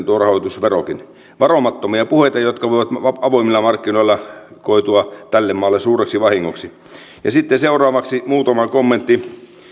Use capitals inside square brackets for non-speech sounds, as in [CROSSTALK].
[UNINTELLIGIBLE] tuo rahoitusverokin varomattomia puheita jotka voivat avoimilla markkinoilla koitua tälle maalle suureksi vahingoksi sitten seuraavaksi muutama kommentti